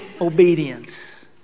obedience